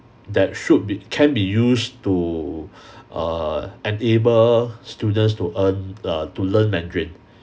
that should be can be used to err enable students to earn err to learn mandarin